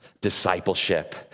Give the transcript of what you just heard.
discipleship